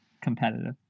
competitive